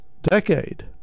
decade